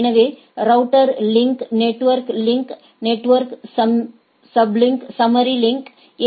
எனவே router link network link நெட்வொர்க்ற்கான summary link எ